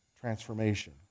transformation